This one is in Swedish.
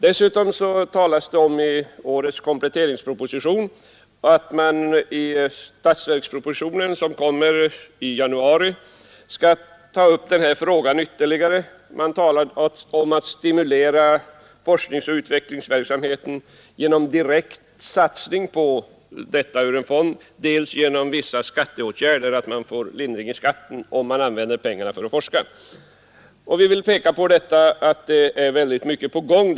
Dessutom talas det i årets kompletteringsproposition om att man i den statsverksproposition som kommer i januari skall ägna den här frågan ytterligare uppmärksamhet. Man talar om att stimulera forskningsoch utvecklingsverksamheten genom direkt satsning ur en fond och genom att det blir skattelindring för den som använder pengarna för att forska. Vi vill peka på att mycket är på gång.